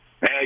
Hey